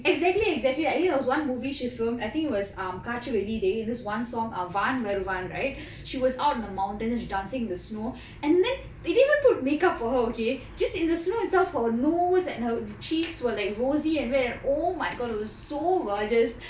exactly exactly like you know there was one movie she film I think it was um katruveliyidai this one song err வான் வருவான்:van varuvan right she was out on the mountain then she dancing in the snow and then they didn't put make up for her okay just in the snow itself her nose and her cheeks were like rosy and red and oh my god it was so gorgeous